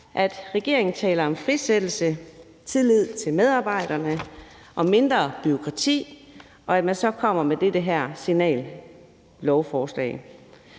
når regeringen taler om frisættelse, tillid til medarbejderne og mindre bureaukrati, så kommer med det her signal i form af